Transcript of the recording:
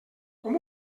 com